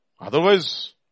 Otherwise